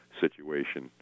situation